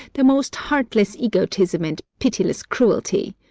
the most heartless egotism and pitiless cruelty.